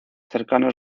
cercanos